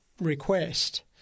request